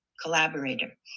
collaborator